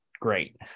great